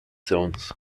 zones